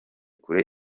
kure